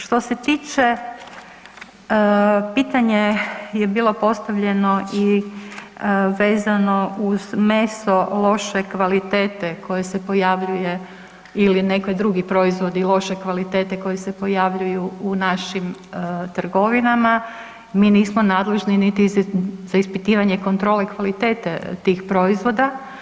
Što se tiče, pitanje je bilo postavljeno i vezano uz meso loše kvalitete koje se pojavljuje, ili neki drugi proizvodi loše kvalitete koji se pojavljuju u našim trgovinama, mi nismo nadležni niti za ispitivanje kontrole kvalitete tih proizvoda.